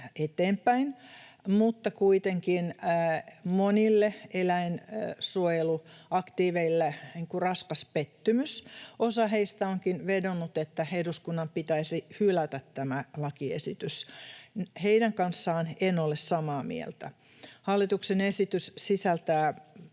eteenpäin, mutta kuitenkin monille eläinsuojeluaktiiveille raskas pettymys. Osa heistä onkin vedonnut, että eduskunnan pitäisi hylätä tämä lakiesitys. Heidän kanssaan en ole samaa mieltä. Hallituksen esitys sisältää